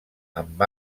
amb